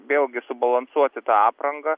vėlgi subalansuoti tą aprangą